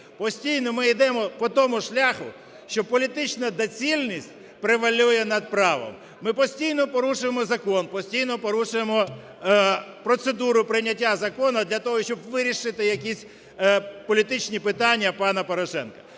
постійно ми йдемо по тому шляху, що політична доцільність превалює над правом. Ми постійно порушуємо закон, постійно порушуємо процедуру прийняття закону для того, щоб вирішити якісь політичні питання пана Порошенка.